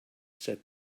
said